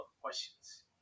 questions